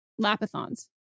lapathons